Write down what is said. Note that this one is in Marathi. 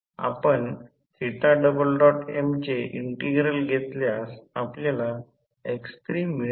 आपण m चे इंटिग्रल घेतल्यास आपल्याला x3 मिळेल